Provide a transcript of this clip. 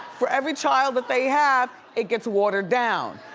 for every child that they have, it gets watered down.